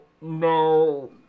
no